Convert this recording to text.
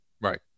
right